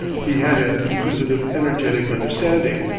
he had an inquisitive, energetic understanding,